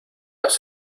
has